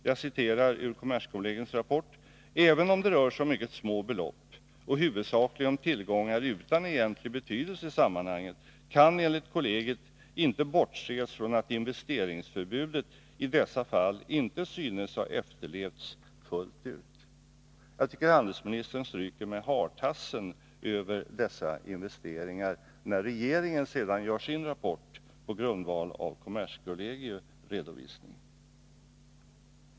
Jag citerar ur kommerskollegiums rapport: ”Även om det rör sig om mycket små belopp och huvudsakligen tillgångar utan egentlig betydelse i sammanhanget kan enligt kollegiet inte bortses från att investeringsförbudet i dessa fall inte synes ha efterlevts fullt ut.” Jag tycker att handelsministern stryker med hartassen över dessa investeringar, när regeringen sedan gör sin rapport på grundval av kommerskollegiums redovisning.